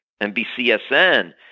NBCSN